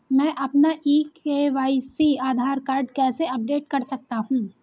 मैं अपना e KYC Aadhaar card कैसे अपडेट कर सकता हूँ?